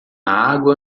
água